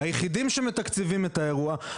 היחידים שמתקצבים את האירוע,